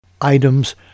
items